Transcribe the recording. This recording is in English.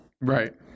Right